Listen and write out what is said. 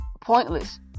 pointless